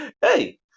hey